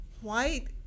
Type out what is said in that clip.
white